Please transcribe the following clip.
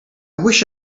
wish